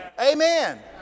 Amen